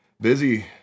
busy